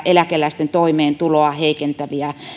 eläkeläisten toimeentuloa heikentäviä